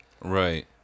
Right